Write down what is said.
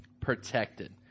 protected